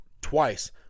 twice